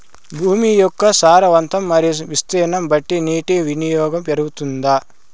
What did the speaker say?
భూమి యొక్క సారవంతం మరియు విస్తీర్ణం బట్టి నీటి వినియోగం పెరుగుతుందా?